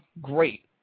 great